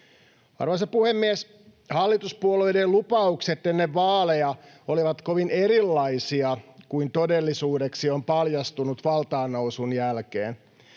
Arvoisa puhemies! Hallituspuolueiden lupaukset ennen vaaleja olivat kovin erilaisia kuin todellisuudeksi on paljastunut valtaannousun jälkeen.